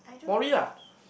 Morrie lah